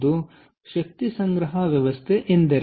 ಹಾಗಾದರೆ ಶಕ್ತಿ ಸಂಗ್ರಹ ವ್ಯವಸ್ಥೆ ಎಂದರೇನು